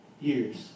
years